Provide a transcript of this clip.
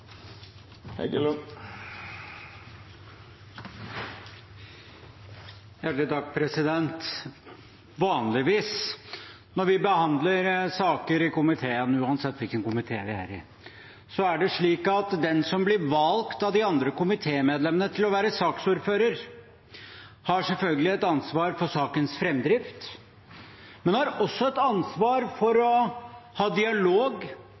Vanligvis når vi behandler saker i komiteen, og uansett hvilken komité vi er i, er det slik at den som blir valgt av de andre komitémedlemmene til å være saksordfører, selvfølgelig har et ansvar for sakens framdrift, men også et ansvar for å ha dialog,